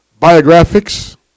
Biographics